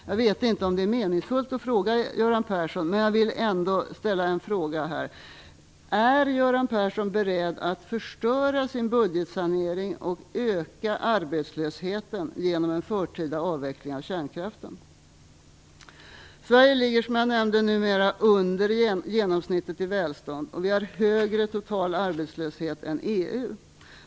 Jag vet inte om det är meningsfullt att fråga Göran Persson, men jag vill ändå ställa följande fråga: Är Göran Persson beredd att förstöra sin budgetsanering och öka arbetslösheten genom en förtida avveckling av kärnkraften? Sverige ligger, som jag nämnde, numera under genomsnittet i välstånd. Vi har högre total arbetslöshet än EU.